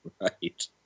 right